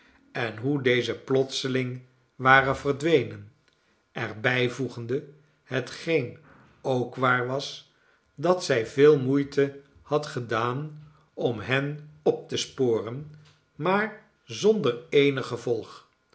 en hoe deze plotseling waren verdwenen er bijvoegende hetgeen ook waar was dat zij veel moeite had gedaan om hen op te sporen maar zonder eenig gevolg